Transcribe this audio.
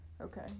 Okay